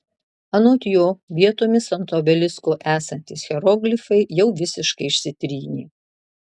anot jo vietomis ant obelisko esantys hieroglifai jau visiškai išsitrynė